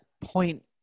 point